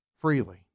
freely